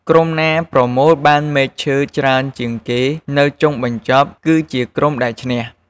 ក្រុមណាដែល ប្រមូលបានមែកឈើច្រើនជាងគេ នៅចុងបញ្ចប់ គឺជាក្រុមដែលឈ្នះ។